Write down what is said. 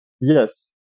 Yes